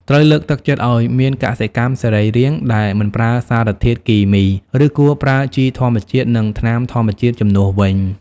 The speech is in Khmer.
ត្រូវលើកទឹកចិត្តឲ្យមានកសិកម្មសរីរាង្គដែលមិនប្រើសារធាតុគីមី ឬគួរប្រើជីធម្មជាតិ និងថ្នាំធម្មជាតិជំនួសវិញ។